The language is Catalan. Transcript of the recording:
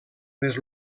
més